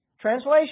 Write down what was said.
translation